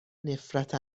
نفرت